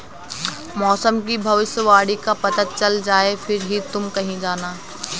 मौसम की भविष्यवाणी का पता चल जाए फिर ही तुम कहीं जाना